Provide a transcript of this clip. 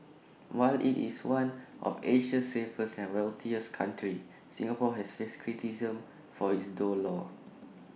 while IT is one of Asia's safest and wealthiest countries Singapore has faced criticism for its though laws